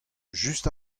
just